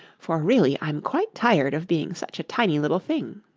for really i'm quite tired of being such a tiny little thing